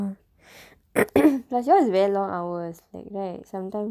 plus yours is very long hours like right sometimes